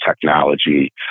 technology